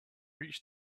reached